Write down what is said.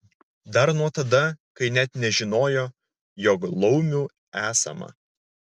dar nuo tada kai net nežinojo jog laumių esama